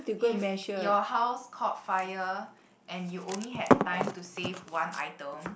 if your house caught fire and you only had time to save one item